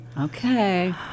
Okay